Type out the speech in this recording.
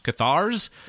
cathars